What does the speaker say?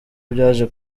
byaje